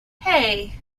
hey